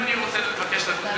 אם אני רוצה לבקש לדון בזה בוועדה.